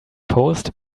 post